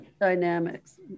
dynamics